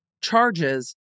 charges